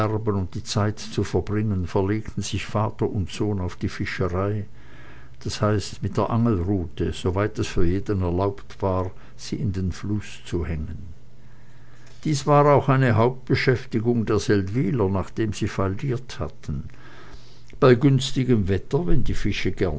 die zeit zu verbringen verlegten sich vater und sohn auf die fischerei das heißt mit der angelrute soweit es für jeden erlaubt war sie in den fluß zu hängen dies war auch eine hauptbeschäftigung der seldwyler nachdem sie falliert hatten bei günstigem wetter wenn die fische